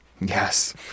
Yes